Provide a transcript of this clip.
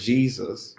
Jesus